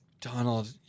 Donald